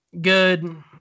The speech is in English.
good